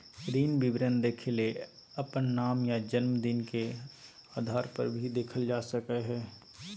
ऋण विवरण देखेले अपन नाम या जनम दिन के आधारपर भी देखल जा सकलय हें